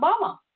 Obama